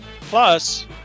plus